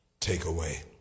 takeaway